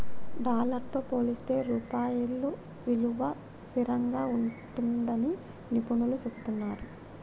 dollar తో పోలిస్తే రూపాయి విలువ స్థిరంగా ఉంటుందని నిపుణులు చెబుతున్నరు